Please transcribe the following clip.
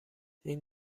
این